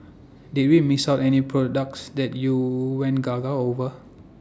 did we miss out any products that you went gaga over